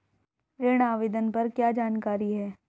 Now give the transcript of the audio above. ऋण आवेदन पर क्या जानकारी है?